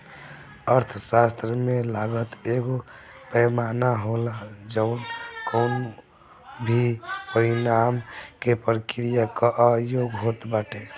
अर्थशास्त्र में लागत एगो पैमाना होला जवन कवनो भी परिणाम के प्रक्रिया कअ योग होत बाटे